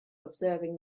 observing